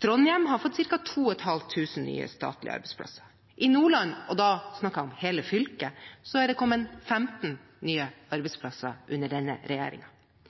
Trondheim har fått ca. 2 500 nye statlige arbeidsplasser. I Nordland – og da snakker jeg om hele fylket – er det kommet 15 nye statlige arbeidsplasser under denne